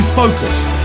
focused